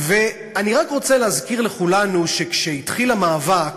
ואני רק רוצה להזכיר לכולנו שכשהתחיל המאבק